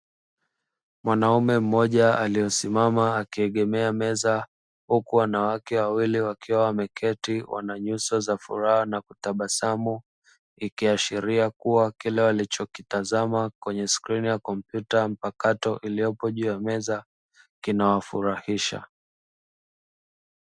Mwanaume mmoja aliesimama akiegemea meza huku wanawake wawili wakiwa wameketi, wana nyuso za furaha na kutabasamu ikiashiria kuwa kile walichokitazama kwenye skrini ya kompyuta mpakato iliyopo juu ya meza kinawafurahisha.